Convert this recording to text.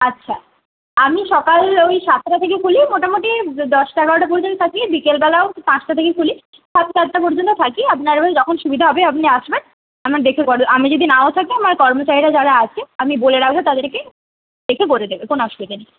আচ্ছা আমি সকাল ওই সাতটা থেকে খুলি মোটামুটি দশটা এগারোটা পর্যন্ত থাকি বিকেলবেলাও পাঁচটা থেকে খুলি সাতটা আটটা পর্যন্ত থাকি আপনার ওই যখন সুবিধা হবে আপনি আসবেন আমরা দেখে করে আমি যদি নাও থাকি আমার কর্মচারীরা যারা আছে আমি বলে রাখবো তাদেরকে দেখে বলে দেবে কোন অসুবিধে নেই